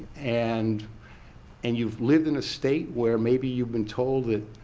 and and you've lived in a state where maybe you've been told that